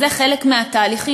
זה חלק מהתהליכים.